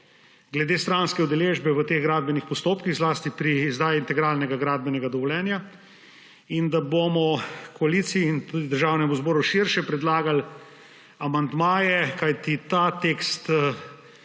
glede stranske udeležbe v teh gradbenih postopkih, zlasti pri izdaji integralnega gradbenega dovoljenja, in da bomo koaliciji in tudi državnemu zboru širše predlagali amandmaje, kajti ta tekst